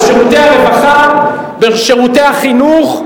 בשירותי הרווחה, בשירותי החינוך,